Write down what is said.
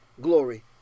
glory